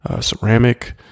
ceramic